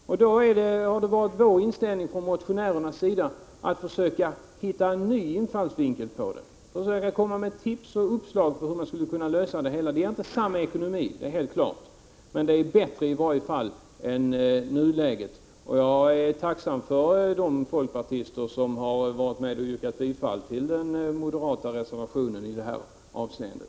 Motionärernas inställning har då varit att försöka finna en ny infallsvinkel, att försöka ge tips och uppslag till lösningar. Den danska ekonomin är självfallet inte jämförbar med den svenska, men förhållandena blir i varje fall bättre än i nuläget, och jag är tacksam för att folkpartister har yrkat bifall till den moderata reservationen på denna punkt.